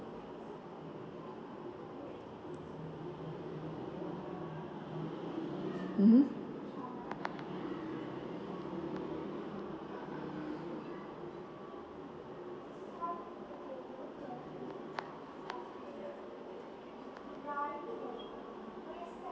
mmhmm